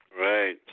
right